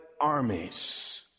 armies